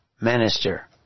minister